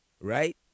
right